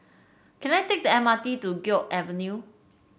can I take the M R T to Guok Avenue